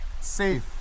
safe